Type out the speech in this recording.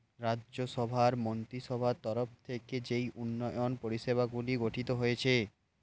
রাজ্য সভার মন্ত্রীসভার তরফ থেকে যেই উন্নয়ন পরিষেবাগুলি গঠিত হয়েছে